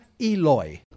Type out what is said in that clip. Eloy